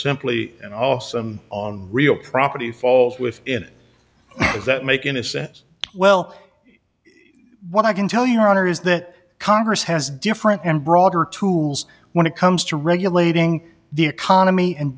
simply and also on real property falls with it does that make in a sense well what i can tell your honor is that congress has different and broader tools when it comes to regulating the economy and